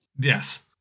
Yes